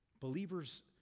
Believers